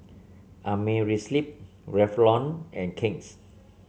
Amerisleep Revlon and King's